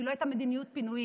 כי לא הייתה מדיניות פינויים,